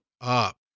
up